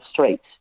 streets